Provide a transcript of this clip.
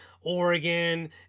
Oregon